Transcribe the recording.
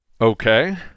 Okay